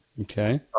Okay